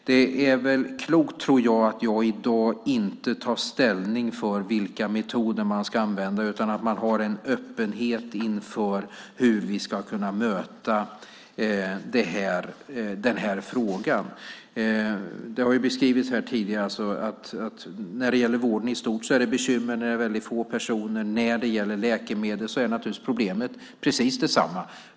Det är väl klokt, tror jag, att jag i dag inte tar ställning för vilka metoder man ska använda utan att vi har en öppenhet inför hur vi ska kunna möta den här frågan. Det har beskrivits här tidigare att inom vården i stort är det ett bekymmer när det är fråga om väldigt få personer. När det gäller läkemedel är naturligtvis problemet precis detsamma.